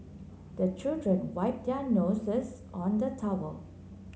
the children wipe their noses on the towel